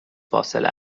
فاصله